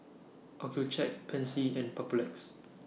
Accucheck Pansy and Papulex